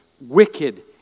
wicked